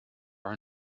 are